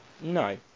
No